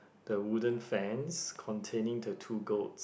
the wooden fence containing the two goats